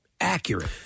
accurate